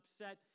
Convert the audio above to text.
upset